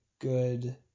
Good